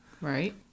Right